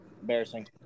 embarrassing